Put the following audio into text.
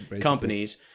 companies